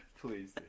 please